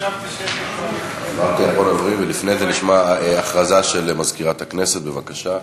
לפני כן נשמע הודעה של מזכירת הכנסת, בבקשה.